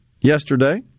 yesterday